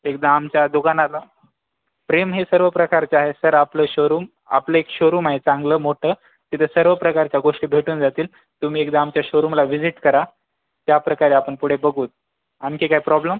एकदा आमच्या दुकानाला प्रेम हे सर्व प्रकारच आहे सर आपलं शोरूम आपलं एक शोरूम आहे चांगलं मोठं तिथं सर्व प्रकारच्या गोष्टी भेटून जातील तुम्ही एकदा आमच्या शोरूमला व्हिजिट करा त्याप्रकारे आपण पुढे बघू तर आणखी काय प्रॉब्लेम